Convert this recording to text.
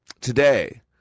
today